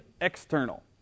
external